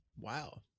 Wow